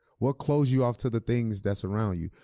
what close you off to the things that's around you?